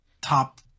top